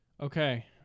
Okay